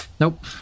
Nope